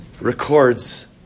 records